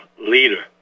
leader